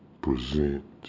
present